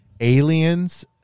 aliens